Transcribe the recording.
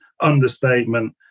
understatement